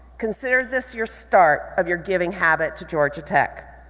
consider this your start of your giving habit to georgia tech.